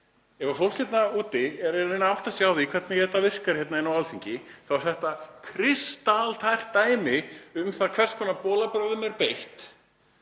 Ef fólk hérna úti er að reyna að átta sig á því hvernig þetta virkar hérna inni á Alþingi þá er þetta kristaltært dæmi um það hvers konar bolabrögðum er beitt